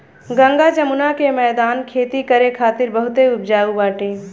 गंगा जमुना के मौदान खेती करे खातिर बहुते उपजाऊ बाटे